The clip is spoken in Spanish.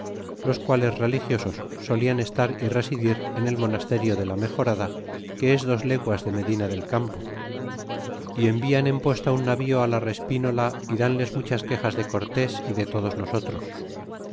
los quales religiosos solian estar y residir en el monasterio de la mejorada que es dos leguas de medina del campo y enviaan posta un navío la respinola y danles muchas quejas de cortés y de todos nosotros